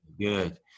good